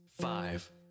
five